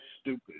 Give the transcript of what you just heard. stupid